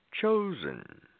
chosen